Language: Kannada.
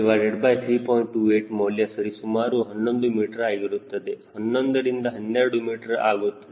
28 ಮೌಲ್ಯ ಸರಿಸುಮಾರು 11 ಮೀಟರ್ ಆಗುತ್ತದೆ 11 ರಿಂದ 12 ಮೀಟರ್ ಆಗುತ್ತದೆ